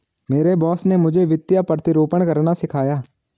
मेरे बॉस ने मुझे वित्तीय प्रतिरूपण करना सिखाया